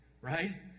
right